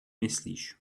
myslíš